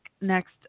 next